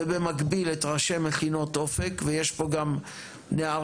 ובמקביל את ראשי מכינות אופק ויש פה גם נערים